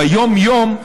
ביום-יום,